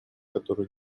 которые